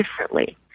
differently